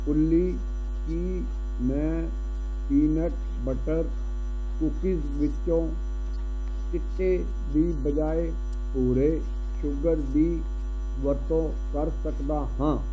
ਓਲੀ ਕੀ ਮੈਂ ਪੀਨਟ ਬਟਰ ਕੂਕੀਜ਼ ਵਿੱਚੋਂ ਚਿੱਟੇ ਦੀ ਬਜਾਏ ਭੂਰੇ ਸ਼ੂਗਰ ਦੀ ਵਰਤੋਂ ਕਰ ਸਕਦਾ ਹਾਂ